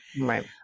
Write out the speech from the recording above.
Right